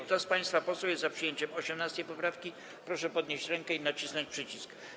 Kto z państwa posłów jest za przyjęciem 18. poprawki, proszę podnieść rękę i nacisnąć przycisk.